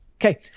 Okay